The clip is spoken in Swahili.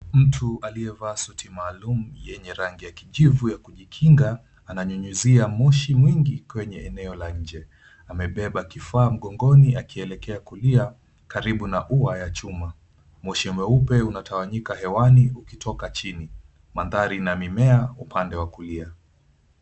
Mtu aliyevaa suti yenye maalum rangi ya kijivu ya kujikinga, ananyunyizia moshi mwingi kwenye eneo la nje. Amebeba kifaa mgongoni akielekea kulia karibu na ua ya chuma. Moshi mweupe unatawanyika hewani ukitoka chini, mandhari na mimea upande wa kulia.